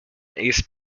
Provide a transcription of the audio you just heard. ace